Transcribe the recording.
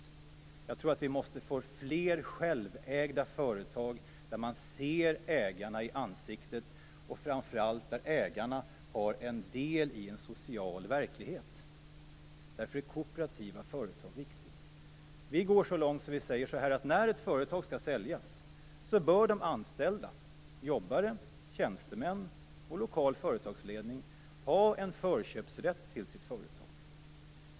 Jag tror att vi måste få fler självägda företag, där man ser ägarna i ansiktet och framför allt där ägarna har en del i en social verklighet. Därför är kooperativa företag viktiga. Vi går så långt att vi säger att när ett företag skall säljas, bör de anställda - jobbare, tjänstemän och lokal företagsledning - ha förköpsrätt till sitt företag.